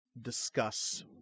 discuss